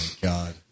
God